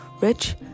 rich